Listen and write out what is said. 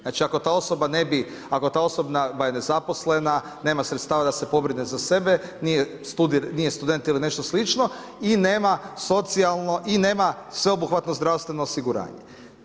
Znači ako ta osoba ne bi, ako je ta osoba nezaposlena, nema sredstava da se pobrine za sebe, nije student ili nešto slično i nema socijalno i nema sveobuhvatno zdravstveno osiguranje.